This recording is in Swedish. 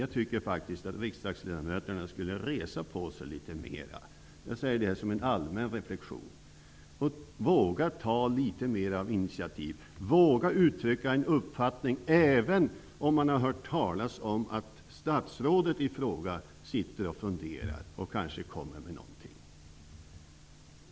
Jag tycker faktiskt att riksdagsledamöterna skulle resa på sig litet mer -- jag säger det som en allmän reflexion -- och våga ta litet mer initiativ, våga uttrycka en uppfattning även om man har hört talas om att statsrådet i fråga sitter och funderar och kanske skall komma med någonting.